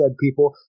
people